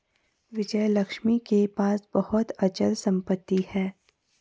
विजयलक्ष्मी के पास बहुत अचल संपत्ति है